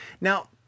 Now